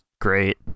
great